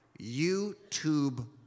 YouTube